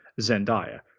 zendaya